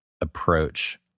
approach